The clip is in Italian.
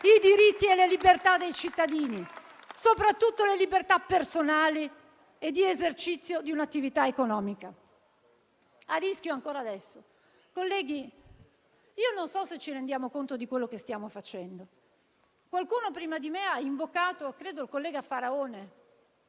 i diritti e le libertà dei cittadini, soprattutto le libertà personali e di esercizio di un'attività economica a rischio ancora adesso. Colleghi, io non so se ci rendiamo conto di quello che stiamo facendo. Qualcuno prima di me - credo il collega Faraone